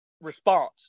response